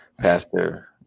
Pastor